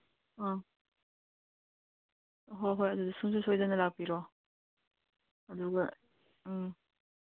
ꯑ ꯍꯣꯏ ꯍꯣꯏ ꯑꯗꯨꯗꯤ ꯁꯨꯡꯁꯣꯏ ꯁꯣꯏꯗꯅ ꯂꯥꯛꯄꯤꯔꯣ ꯑꯗꯨꯒ ꯎꯝ